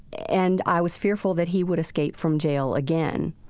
and i was fearful that he would escape from jail again.